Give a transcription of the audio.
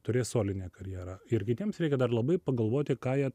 turės solinę karjerą ir kitiems reikia dar labai pagalvoti ką jie